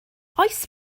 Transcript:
oes